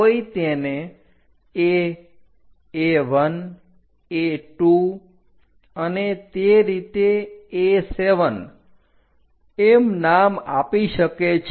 કોઈ તેને AA1A2 અને તે રીતે A7 એમ નામ આપી શકે છે